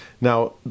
Now